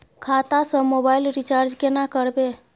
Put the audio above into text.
खाता स mobile recharge केना करबे?